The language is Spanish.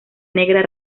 negra